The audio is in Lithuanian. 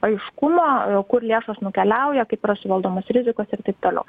aiškumo kur lėšos nukeliauja kaip yra suvaldomos rizikos ir taip toliau